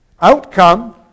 Outcome